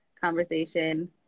conversation